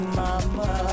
mama